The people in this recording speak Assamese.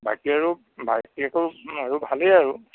বাকী আৰু ভাইটিসকল আৰু ভালেই আৰু